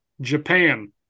Japan